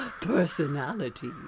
personality